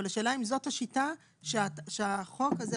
אבל השאלה אם זאת השיטה שהחוק הזה,